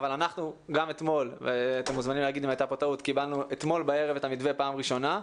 אבל אנחנו קיבלנו אתמול בערב את המתווה בפעם הראשונה,